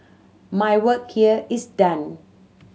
my work here is done